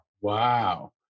Wow